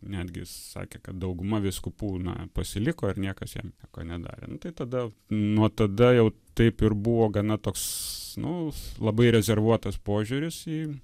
netgi sakė kad dauguma vyskupų na pasiliko ir niekas jiem nieko nedarė nu tai tada nuo tada jau taip ir buvo gana toks nu labai rezervuotas požiūris į